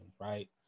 right